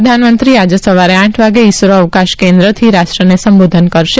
પ્રધાનમંત્રી આજે સવારે આઠવાગ્યે ઈસરો અવકાશ કેન્દ્રથી રાષ્ટ્રને સંબોધન કરશે